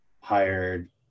hired